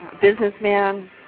businessman